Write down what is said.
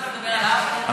עכשיו אתה מדבר על 4?